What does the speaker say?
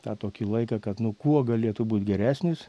tą tokį laiką kad nu kuo galėtų būt geresnis